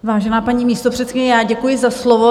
Vážená paní místopředsedkyně, já děkuji za slovo.